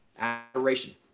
adoration